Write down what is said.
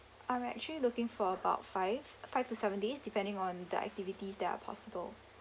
I'm actually looking for about five five to seven days depending on the activities that are possible